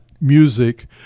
music